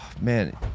Man